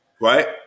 right